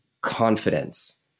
confidence